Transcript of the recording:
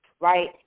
right